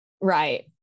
Right